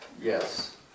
Yes